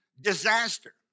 disaster